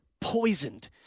poisoned